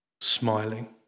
smiling